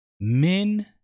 Men